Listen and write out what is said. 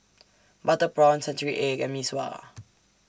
Butter Prawn Century Egg and Mee Sua